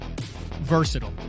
versatile